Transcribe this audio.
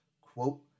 quote